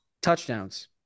touchdowns